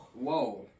Whoa